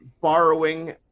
borrowing